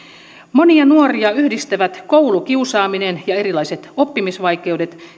monia nuoria yhdistävät koulukiusaaminen erilaiset oppimisvaikeudet